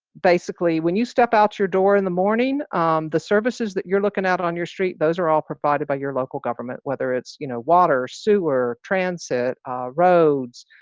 basically, when you step out your door in the morning, um the services that you're looking at on your street, those are all provided by your local government, whether it's you know water, sewer, transit, ah roads,